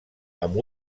amb